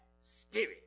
spirit